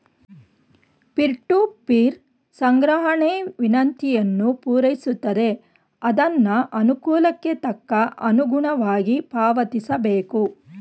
peer to peer ಸಂಗ್ರಹಣೆ ವಿನಂತಿಯನ್ನು ಪೂರೈಸುತ್ತದೆ ಅದ್ನ ಅನುಕೂಲಕ್ಕೆ ತಕ್ಕ ಅನುಗುಣವಾಗಿ ಪಾವತಿಸಬೇಕು